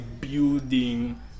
building